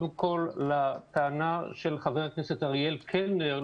קודם כל לטענה של חבר הכנסת אריאל קלנר,